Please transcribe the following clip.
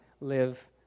live